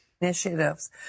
initiatives